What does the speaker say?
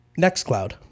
NextCloud